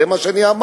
זה מה שאמרתי,